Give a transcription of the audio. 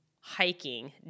hiking